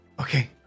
okay